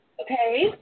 Okay